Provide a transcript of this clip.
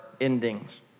endings